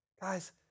Guys